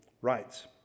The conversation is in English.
rights